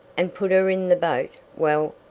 and put her in the boat well,